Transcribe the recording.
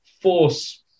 force